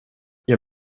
jag